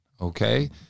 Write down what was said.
okay